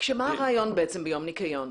כשמה הרעיון בעצם ביום ניקיון?